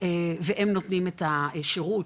והם נותנים את השירות,